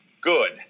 good